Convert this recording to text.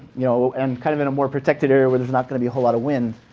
you know and kind of in a more protected area where there's not going to be a whole lot of wind.